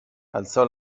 alzò